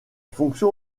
fonction